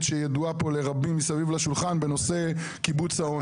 שידועה פה לרבים מסביב לשולחן בנושא קיבוץ האון.